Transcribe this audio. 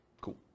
Cool